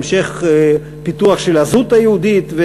המשך פיתוח של הזהות היהודית,